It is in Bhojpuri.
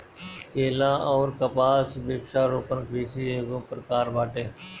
केला अउर कपास वृक्षारोपण कृषि एगो प्रकार बाटे